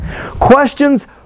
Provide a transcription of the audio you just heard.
Questions